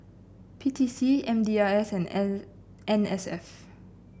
P T C M D I S and N N S F